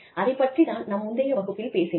அதைப் பற்றித் தான் நாம் முந்தைய வகுப்பில் பேசினோம்